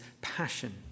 passion